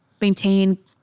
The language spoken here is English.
maintain